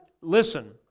listen